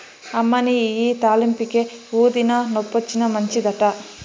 అమ్మనీ ఇయ్యి తాలింపుకే, ఊదినా, నొప్పొచ్చినా మంచిదట